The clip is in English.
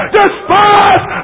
despise